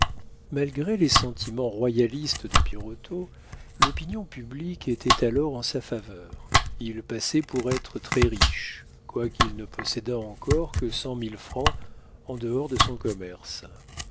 malgré les sentiments royalistes de birotteau l'opinion publique était alors en sa faveur il passait pour être très-riche quoiqu'il ne possédât encore que cent mille francs en dehors de son commerce